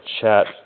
chat